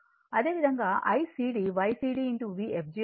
అదేవిధంగా ICd Ycd Vfgఅవుతుంది